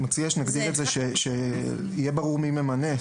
אני רק מציע שנגדיר את זה שיהיה ברור מי ממנה.